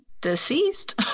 deceased